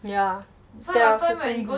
yeah yeah same thing